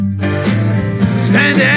Stand